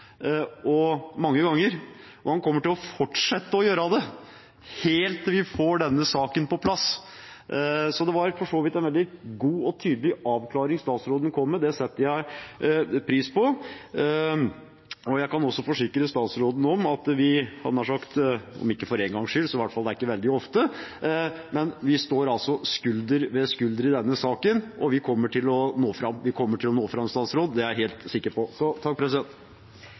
mange ganger, og han kommer til å fortsette å gjøre det helt til vi får denne saken på plass. Det var for så vidt en veldig god og tydelig avklaring statsråden kom med. Det setter jeg pris på. Jeg kan også forsikre statsråden om at vi – nær sagt om ikke for én gangs skyld, men det er i hvert fall ikke veldig ofte – altså står skulder ved skulder i denne saken, og vi kommer til å nå fram. Vi kommer til å nå fram, det er jeg helt sikker på.